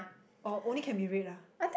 orh only can be red ah